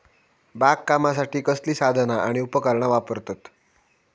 बागकामासाठी कसली साधना आणि उपकरणा वापरतत?